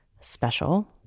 special